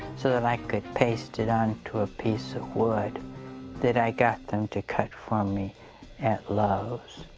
so that i could paste it onto a piece of wood that i got them to cut for me at lowe's.